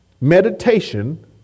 meditation